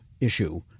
issue